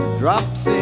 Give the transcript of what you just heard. drops